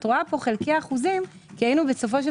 את רואה פה חלקי אחוזים כי היינו צריכים